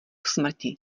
smrti